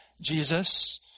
Jesus